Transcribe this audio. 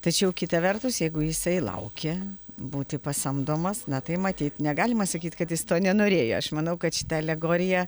tačiau kita vertus jeigu jisai laukė būti pasamdomas na tai matyt negalima sakyt kad jis to nenorėjo aš manau kad šita alegorija